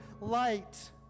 light